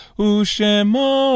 U'shemo